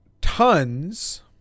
tons